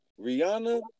Rihanna